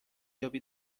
یابی